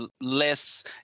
less